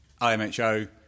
IMHO